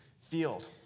field